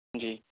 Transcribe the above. جی